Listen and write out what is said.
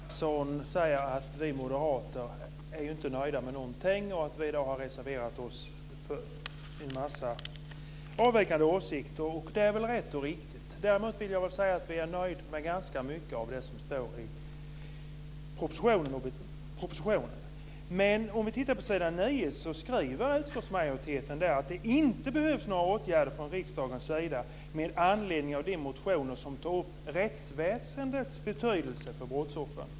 Fru talman! Kia Andreasson säger att vi moderater inte är nöjda med någonting och att vi har reserverat oss för en massa avvikande åsikter. Det är väl rätt och riktigt. Däremot vill jag säga att vi är nöjda med ganska mycket av det som står i propositionen. Men om vi tittar på s. 9 ser vi att utskottsmajoriteten där skriver att det inte behövs några åtgärder från riksdagens sida med anledning av de motioner som tar upp rättsväsendets betydelse för brottsoffer.